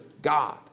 God